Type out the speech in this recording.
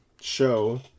show